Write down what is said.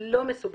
לא מסובכות,